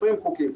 אני כופר בזה.